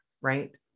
right